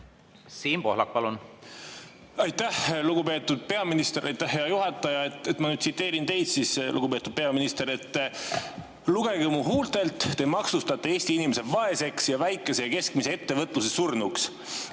Siim Pohlak, palun! Aitäh, lugupeetud peaminister! Aitäh, hea juhataja! Ma nüüd tsiteerin teid, lugupeetud peaminister: lugege mu huultelt. Te maksustate Eesti inimesed vaeseks ning väikese ja keskmise ettevõtluse surnuks.